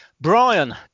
Brian